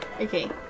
Okay